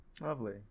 Lovely